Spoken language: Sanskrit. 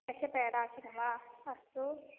दशपेडा आवश्यकं वा अस्तु